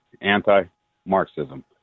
anti-Marxism